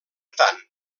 tant